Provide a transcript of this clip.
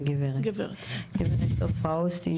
כן, גברת עפרה אוסטין